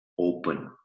open